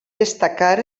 destacar